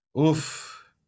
Oof